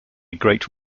great